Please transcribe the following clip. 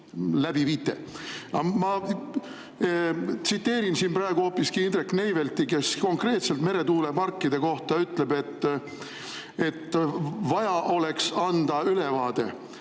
läbi viite. Ma tsiteerin siin praegu hoopiski Indrek Neiveltit, kes konkreetselt meretuuleparkide kohta ütleb, et vaja oleks anda ülevaade,